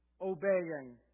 obeying